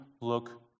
look